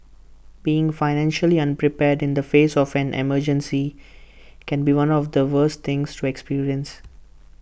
being financially unprepared in the face of an emergency can be one of the worst things to experience